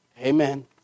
amen